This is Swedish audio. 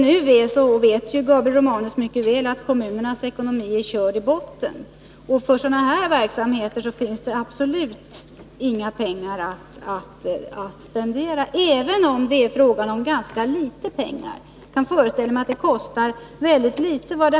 Gabriel Romanus vet mycket väl att kommunernas ekonomi är körd i botten som det nu är, och för sådana här verksamheter finns det absolut inga pengar att spendera — även om det är fråga om ganska litet pengar. Jag kan föreställa mig att det kostar rätt litet.